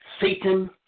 Satan